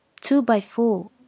two-by-four